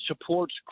supports